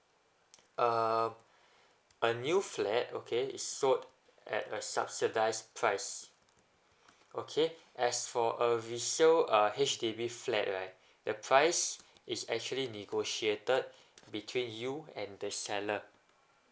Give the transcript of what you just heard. uh um a new flat okay is sold at a subsidized price okay as for a resale uh H_D_B flat right the price is actually negotiated between you and the seller